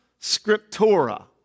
scriptura